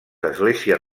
esglésies